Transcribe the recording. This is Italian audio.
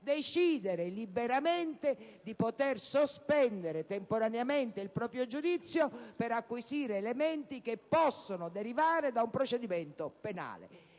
decidere liberamente di sospendere temporaneamente il proprio giudizio per acquisire elementi che possono derivare da un procedimento penale.